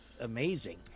amazing